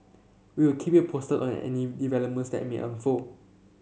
we'll keep you posted on any developments that me unfold